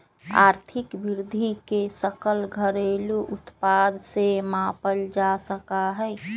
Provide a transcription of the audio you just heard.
आर्थिक वृद्धि के सकल घरेलू उत्पाद से मापल जा सका हई